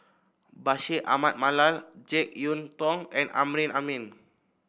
Bashir Ahmad Mallal JeK Yeun Thong and Amrin Amin